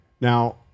Now